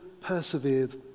persevered